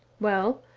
well,